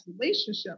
relationship